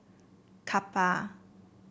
Kappa